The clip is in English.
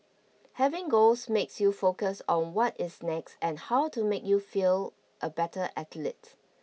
having goals makes you focus on what is next and how to make you feel a better athlete